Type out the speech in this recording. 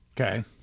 Okay